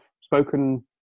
spoken